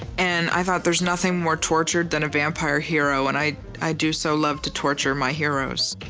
and i thought there's nothing more tortured than a vampire hero and i i do so love to torture my heroes.